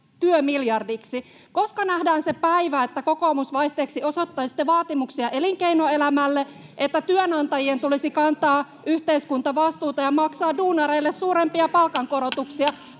Koska nähdään se päivä, että, kokoomus, vaihteeksi osoittaisitte vaatimuksia elinkeinoelämälle, että työnantajien tulisi kantaa yhteiskuntavastuuta ja maksaa duunareille suurempia palkankorotuksia